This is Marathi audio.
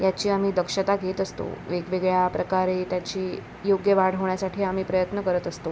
याची आम्ही दक्षता घेत असतो वेगवेगळ्या प्रकारे त्याची योग्य वाढ होण्यासाठी आम्ही प्रयत्न करत असतो